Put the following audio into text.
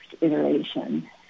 iteration